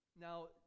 Now